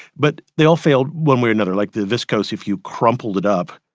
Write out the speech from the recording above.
but they all failed one way or another. like the viscose, if you crumpled it up,